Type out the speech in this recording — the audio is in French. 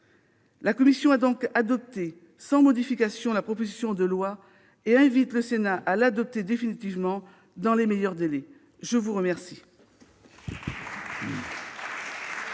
La commission a donc adopté sans modification la proposition de loi, et invite le Sénat à l'adopter définitivement dans les meilleurs délais. La parole